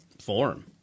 form